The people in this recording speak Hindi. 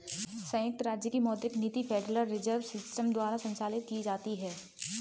संयुक्त राज्य की मौद्रिक नीति फेडरल रिजर्व सिस्टम द्वारा संचालित की जाती है